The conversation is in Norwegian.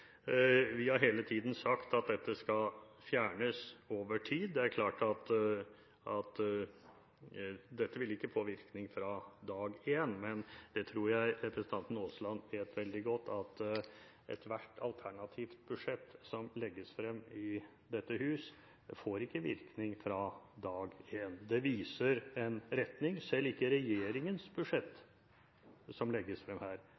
Vi har hele tiden sagt at dette skal fjernes over tid. Det er klart at dette ikke vil få virkning fra dag én, men jeg tror representanten Aasland vet veldig godt at ethvert alternativt budsjett som legges frem i dette hus, ikke får virkning fra dag én. Det viser en retning. Selv ikke regjeringens budsjett som legges frem her,